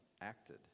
acted